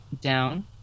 down